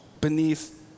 beneath